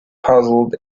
puzzled